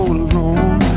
alone